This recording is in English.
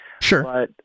Sure